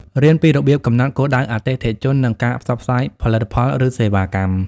រៀនពីរបៀបកំណត់គោលដៅអតិថិជន និងការផ្សព្វផ្សាយផលិតផលឬសេវាកម្ម។